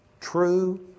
true